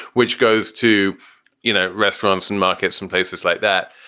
which goes to you know restaurants and markets and places like that.